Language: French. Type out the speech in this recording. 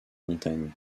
montagne